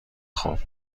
خوب